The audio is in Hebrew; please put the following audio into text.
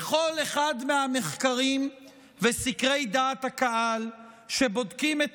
בכל אחד מהמחקרים וסקרי דעת הקהל שבודקים את